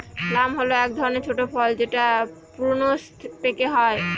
plum হল এক ধরনের ছোট ফল যেটা প্রুনস পেকে হয়